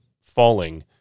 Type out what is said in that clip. falling